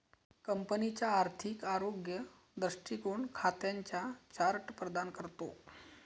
कंपनीचा आर्थिक आरोग्य दृष्टीकोन खात्यांचा चार्ट प्रदान करतो